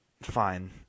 fine